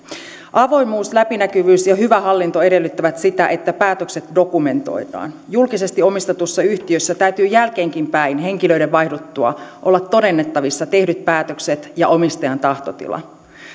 avoimuus läpinäkyvyys ja hyvä hallinto edellyttävät sitä että päätökset dokumentoidaan julkisesti omistetussa yhtiössä täytyy jälkeenkinpäin henkilöiden vaihduttua olla todennettavissa tehdyt päätökset ja omistajan tahtotila